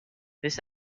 this